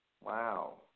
Wow